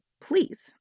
Please